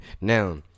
Now